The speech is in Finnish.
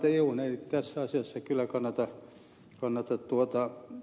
euhun ei tässä asiassa kyllä kannata vedota